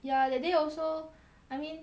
ya that day also I mean